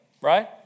Right